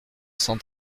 cent